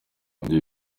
ibyo